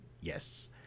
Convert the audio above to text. Yes